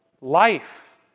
Life